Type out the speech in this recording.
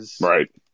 Right